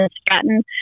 Stratton